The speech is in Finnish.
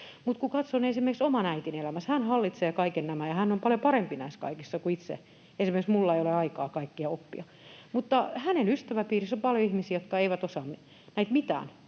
kun katson esimerkiksi oman äitini elämää, hän hallitsee kaikki nämä ja hän on paljon parempi näissä kaikissa kuin itse olen — esimerkiksi minulla ei ole aikaa kaikkea oppia — mutta hänen ystäväpiirissään on paljon ihmisiä, jotka eivät osaa mitään